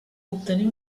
obtenir